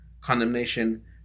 Condemnation